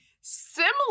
Similar